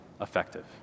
effective